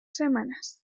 semanas